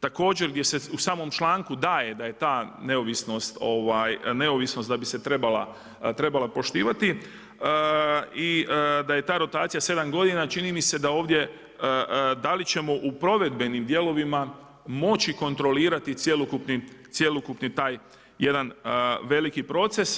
Također gdje se u samom članku daje da je ta neovisnost, neovisnost da bi se trebala poštivati i da je ta rotacija 7 godina, čini mi se da ovdje da li ćemo u provedbenim dijelovima moći kontrolirati cjelokupni, cjelokupni taj jedan veliki proces.